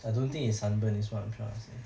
I don't think is sunburn is what I'm trying to say